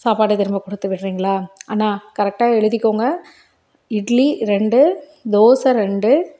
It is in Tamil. சாப்பாடே திரும்ப கொடுத்து விடுறீங்களா அண்ணா கரெக்டாக எழுதிக்கோங்க இட்லி ரெண்டு தோசை ரெண்டு